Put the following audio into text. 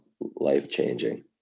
life-changing